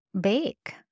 bake